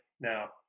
now